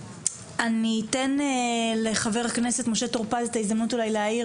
אני אתן לחבר הכנסת משה טור פז את ההזדמנות אולי להעיר